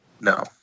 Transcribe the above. No